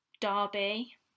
Derby